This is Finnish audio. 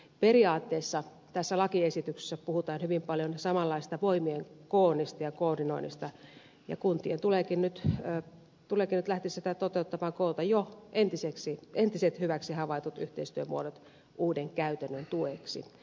periaatteessa tässä lakiesityksessä puhutaan hyvin paljon samanlaisesta voimien koonnista ja koordinoinnista ja kuntien tuleekin nyt lähteä sitä toteuttamaan koota jo entiset hyväksi havaitut yhteistyömuodot uuden käytännön tueksi